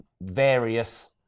various